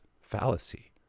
fallacy